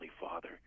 Father